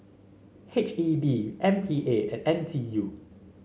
H E B M P A and N T U